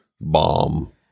Bomb